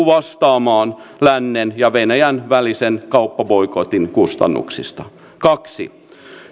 vastaamaan lännen ja venäjän välisen kauppaboikotin kustannuksista kaksi